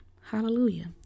Hallelujah